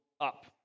up